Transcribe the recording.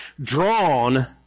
drawn